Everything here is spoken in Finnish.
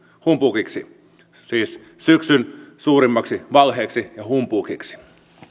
humpuukiksi siis syksyn suurimmaksi valheeksi ja humpuukiksi